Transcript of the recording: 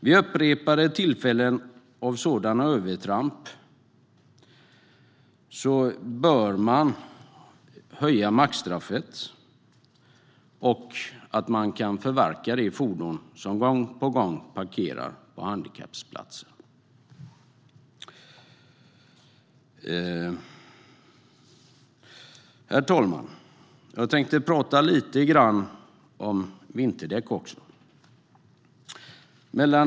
För upprepade tillfällen av sådana övertramp bör man höja maxstraffet, och man ska kunna förverka ett fordon som gång på gång parkerar på handikapplatser. Herr talman! Jag tänker också prata lite grann om vinterdäck.